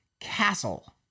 castle